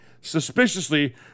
Suspiciously